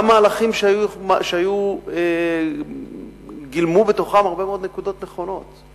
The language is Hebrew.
גם מהלכים שגילמו בתוכם הרבה מאוד נקודות נכונות.